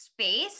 space